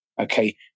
Okay